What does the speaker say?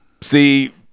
See